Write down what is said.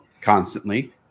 constantly